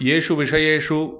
येषु विषयेषु